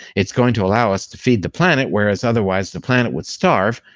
it's going to allow us to feed the planet whereas otherwise, the planet would starve.